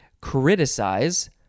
Criticize